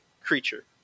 creature